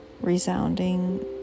resounding